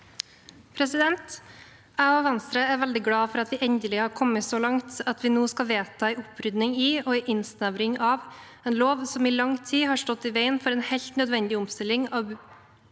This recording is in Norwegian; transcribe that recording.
Jeg og Vens- tre er veldig glad for at vi endelig har kommet så langt at vi nå skal vedta en opprydning i og en innsnevring av en lov som i lang tid har stått i veien for en helt nødvendig omstilling